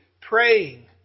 praying